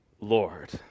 Lord